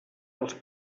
dels